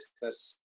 business